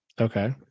Okay